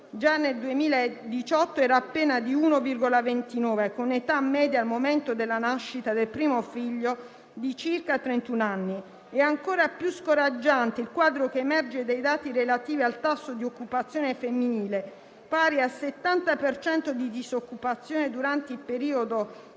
già nel 2018 era di appena 1,29, con età media al momento della nascita del primo figlio pari a circa trentun anni. È ancora più scoraggiante il quadro che emerge dai dati relativi al tasso di occupazione femminile, pari al 70 per cento di disoccupazione durante il periodo